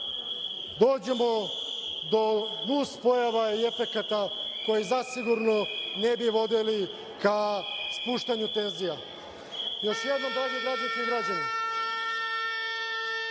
dođemo do nuspojava i efekata koji zasigurno ne bi vodili ka spuštanju tenzija. Još jednom dragi građani i građanke,